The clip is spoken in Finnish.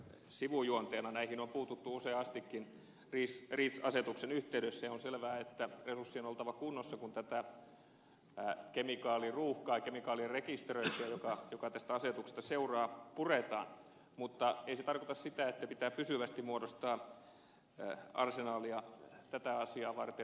näihin on puututtu useastikin reach asetuksen yhteydessä ja on selvää että resurssien on oltava kunnossa kun tätä kemikaaliruuhkaa kemikaalirekisteröintiä joka tästä asetuksesta seuraa puretaan mutta ei se tarkoita sitä että pitää pysyvästi muodostaa arsenaalia tätä asiaa varten